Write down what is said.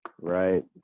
Right